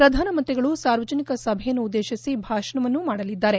ಪ್ರಧಾನಮಂತ್ರಿಗಳು ಸಾರ್ವಜನಿಕ ಸಭೆಯನ್ನು ಉದ್ದೇತಿಸಿ ಭಾಷಣವನ್ನೂ ಮಾಡಲಿದ್ದಾರೆ